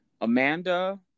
Amanda